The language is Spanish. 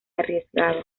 arriesgado